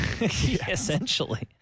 Essentially